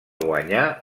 guanyar